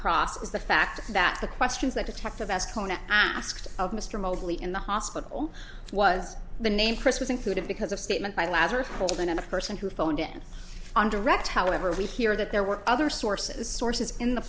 cross is the fact that the questions that detective asked conan asked of mr mosley in the hospital was the name chris was included because of statement by lazarus holden and a person who phoned in on direct however we hear that there were other sources sources in the